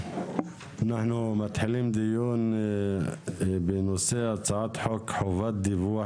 אנחנו מתחילים דיון בנושא הצעת חוק חובת דיווח